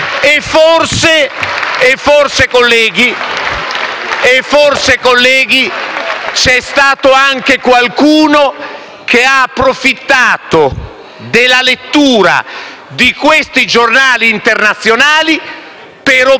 E forse, colleghi, c'è stato anche qualcuno che ha approfittato della lettura di questi giornali internazionali per operare,